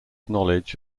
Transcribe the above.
knowledge